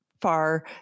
far